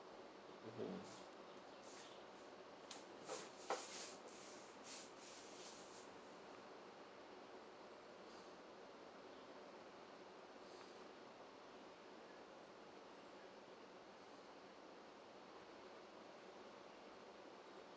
mmhmm